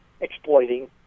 exploiting